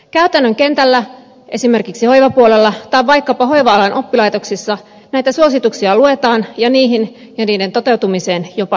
käytännön kentällä esimerkiksi hoivapuolella tai vaikkapa hoiva alan oppilaitoksissa näitä suosituksia luetaan ja niihin ja niiden toteutumiseen jopa luotetaan